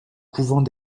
couvent